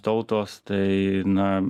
tautos tai na